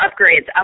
upgrades